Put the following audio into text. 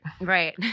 Right